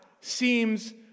seems